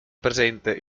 presente